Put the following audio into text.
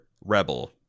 rebel